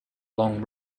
long